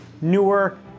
newer